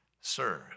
sir